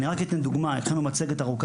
אני רק אתן כמה דוגמאות קצרות הכנו מצגת ארוכה,